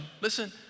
Listen